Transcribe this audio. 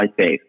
safe